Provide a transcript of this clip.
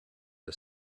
are